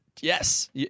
yes